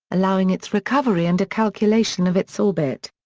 allowing its recovery and a calculation of its orbit.